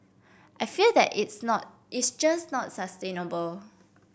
I feel that it's not it's just not sustainable